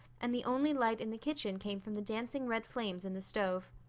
and the only light in the kitchen came from the dancing red flames in the stove.